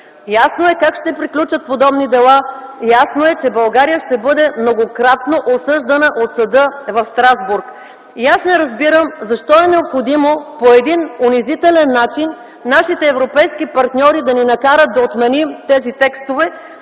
Ясно е как ще приключат подобни дела. Ясно е, че България ще бъде многократно осъждана от Съда в Страсбург. И аз не разбирам защо е необходимо по един унизителен начин нашите европейски партньори да ни накарат да отменим тези текстове